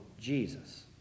Jesus